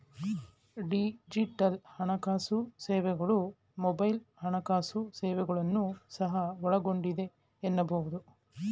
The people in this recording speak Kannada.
ಡಿಜಿಟಲ್ ಹಣಕಾಸು ಸೇವೆಗಳು ಮೊಬೈಲ್ ಹಣಕಾಸು ಸೇವೆಗಳನ್ನ ಸಹ ಒಳಗೊಂಡಿದೆ ಎನ್ನಬಹುದು